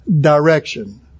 direction